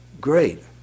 great